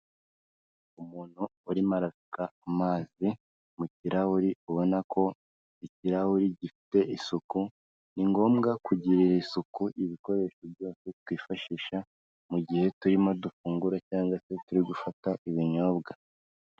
Umuntu urimo arasuka amazi mu kirahuri, ubona ko ikirahuri gifite isuku, ni ngombwa kugirira isuku ibikoresho byose twifashisha mu gihe turimo dufungura cyangwa se turi gufata ibinyobwa.